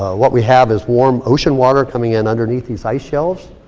what we have is warm ocean water coming in underneath these ice shelves.